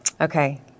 Okay